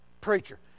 preacher